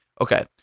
Okay